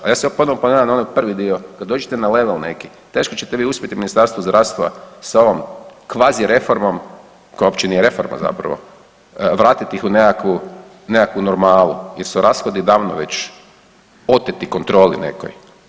Pa ja se ponovno ponavljam na onaj prvi dio kada dođete na … neki teško ćete vi uspjeti Ministarstvu zdravstva sa ovom kvazi reformom koja uopće nije reforma zapravo vratiti ih u nekakvu normalu, jer su rashodi davno već oteti kontroli nekoj.